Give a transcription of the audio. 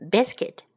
Biscuit